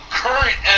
current